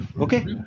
Okay